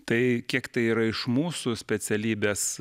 tai kiek tai yra iš mūsų specialybės